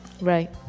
Right